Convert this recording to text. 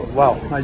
wow